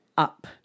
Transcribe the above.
up